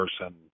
person